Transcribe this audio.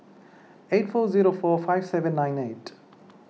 eight four zero four five seven nine eight